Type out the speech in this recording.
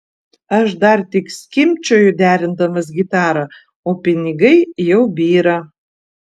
aš dar tik skimbčioju derindamas gitarą o pinigai jau byra